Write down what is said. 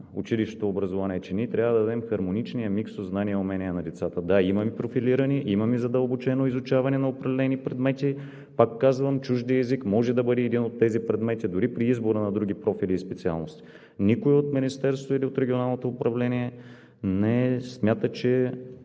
училищното образование, е, че трябва да дадем хармоничния микс от знания и умения на децата. Да, имаме профилиране, да, имаме задълбочено изучаване на определени предмети. Пак казвам, чуждият език може да бъде един от тези предмети дори при избора на други профили и специалности. Никой от Министерството или от Регионалното управление не смята, че